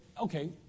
Okay